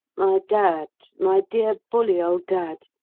dad, my dear, bully old dad,